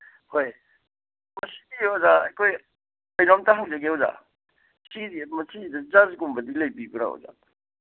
ꯍꯣꯏ ꯃꯁꯤꯗꯤ ꯑꯣꯖꯥ ꯑꯩꯈꯣꯏ ꯀꯩꯅꯣꯝꯇ ꯍꯪꯖꯒꯦ ꯑꯣꯖꯥ ꯁꯤꯁꯤ ꯃꯁꯤꯗ ꯖꯁꯒꯨꯝꯕꯗꯤ ꯂꯩꯕꯤꯕ꯭ꯔꯥ ꯑꯣꯖꯥ